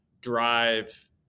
drive